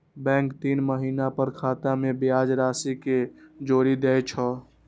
bank तीन महीना पर खाता मे ब्याज राशि कें जोड़ि दै छै